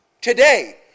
today